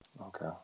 Okay